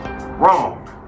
Wrong